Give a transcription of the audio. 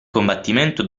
combattimento